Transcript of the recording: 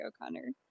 O'Connor